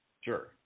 Sure